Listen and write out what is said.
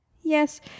Yes